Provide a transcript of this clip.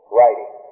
writing